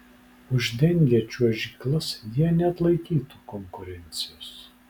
uždengę čiuožyklas jie neatlaikytų konkurencijos